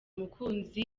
umukunzi